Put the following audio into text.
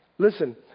Listen